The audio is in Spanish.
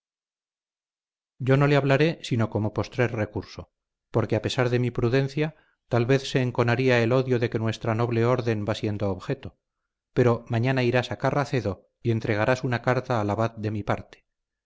yo no le hablaré sino como postrer recurso porque a pesar de mi prudencia tal vez se enconaría el odio de que nuestra noble orden va siendo objeto pero mañana irás a carracedo y entregarás una carta al abad de mi parte